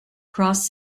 cross